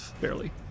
barely